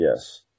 Yes